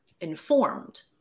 informed